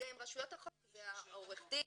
הן רשויות החוק, זה עורך הדין,